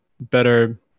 better